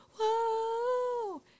Whoa